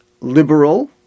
liberal